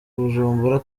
bujumbura